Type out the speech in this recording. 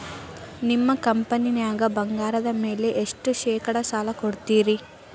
ನಿಮ್ಮ ಕಂಪನ್ಯಾಗ ಬಂಗಾರದ ಮ್ಯಾಲೆ ಎಷ್ಟ ಶೇಕಡಾ ಸಾಲ ಕೊಡ್ತಿರಿ?